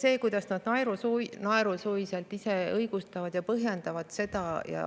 See, kuidas nad naerusuiselt ise õigustavad ja põhjendavad seda ja